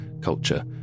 culture